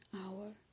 hour